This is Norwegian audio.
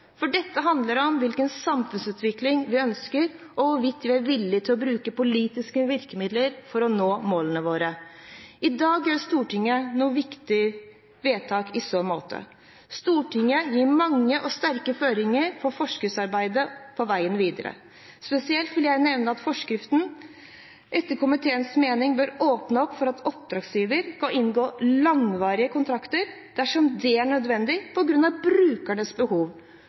for. Dette handler om hvilken samfunnsutvikling vi ønsker, og hvorvidt vi er villig til å bruke politiske virkemidler for å nå målene våre. I dag gjør Stortinget noen viktige vedtak i så måte. Stortinget gir mange og sterke føringer for forskriftsarbeidet og veien videre. Spesielt vil jeg nevne at forskriften etter komiteens mening bør åpne for at oppdragsgiveren kan inngå langvarige kontrakter dersom det er nødvendig på grunn av brukernes behov,